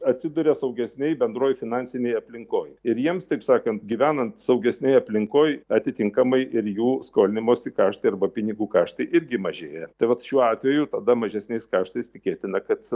atsiduria saugesnėj bendroj finansinėj aplinkoj ir jiems taip sakant gyvenant saugesnėje aplinkoj atitinkamai ir jų skolinimosi kaštai arba pinigų kaštai irgi mažėja tai vat šiuo atveju tada mažesniais kaštais tikėtina kad